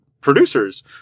producers